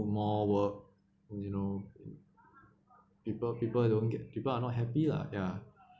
for more work you know people people don't get people are not happy lah ya